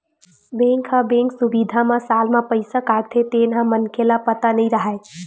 bank ह bank सुबिधा म साल म पईसा काटथे तेन ह मनखे ल पता नई रहय